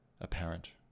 apparent